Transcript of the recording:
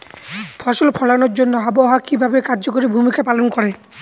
ফসল ফলানোর জন্য আবহাওয়া কিভাবে কার্যকরী ভূমিকা পালন করে?